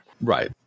Right